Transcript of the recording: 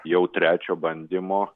jau trečio bandymo